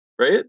Right